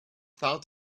thought